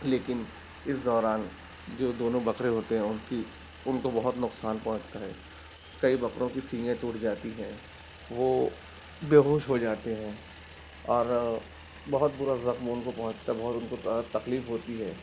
لیکن اس دوران جو دونوں بکرے ہوتے ہیں ان کی ان کو بہت نقصان پہنچتا ہے کئی بکروں کی سینگیں ٹوٹ جاتی ہیں وہ بیہوش ہو جاتے ہیں اور بہت برا زخم ان کو پہنچتا ہے بہت ان کو تکلیف ہوتی ہے